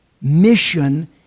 mission